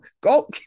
Go